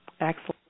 Excellent